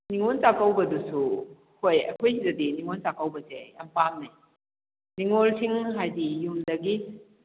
ꯅꯤꯉꯣꯜ ꯆꯥꯀꯧꯕꯗꯨꯁꯨ ꯍꯣꯏ ꯑꯩꯈꯣꯏ ꯁꯤꯗꯗꯤ ꯅꯤꯉꯣꯜ ꯆꯥꯀꯧꯕꯁꯦ ꯌꯥꯝ ꯄꯥꯝꯅꯩ ꯅꯤꯉꯣꯜꯁꯤꯡ ꯍꯥꯏꯗꯤ ꯌꯨꯝꯗꯒꯤ